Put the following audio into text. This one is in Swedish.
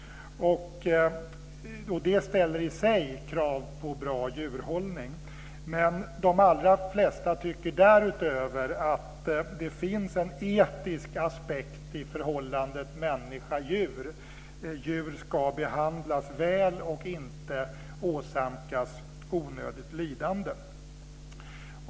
Det ställer i sig krav på bra djurhållning. Men de allra flesta tycker därutöver att det finns en etisk aspekt i förhållandet människa-djur. Djur ska behandlas väl och inte åsamkas onödigt lidande.